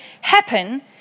happen